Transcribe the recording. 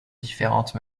différentes